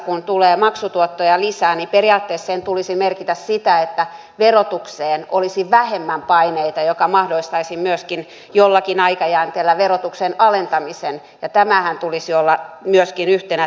kun esimerkiksi kunnissa tulee maksutuottoja lisää niin periaatteessa sen tulisi merkitä sitä että verotukseen olisi vähemmän paineita mikä mahdollistaisi myöskin jollakin aikajänteellä verotuksen alentamisen ja tämänhän tulisi olla myöskin yhtenä tavoitteena